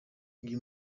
uyu